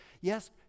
yes